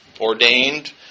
ordained